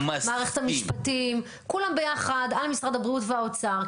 מערכת המשפטים כולם ביחד על משרד הבריאות והאוצר.